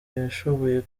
yashoboye